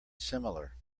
similar